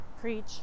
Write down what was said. preach